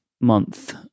month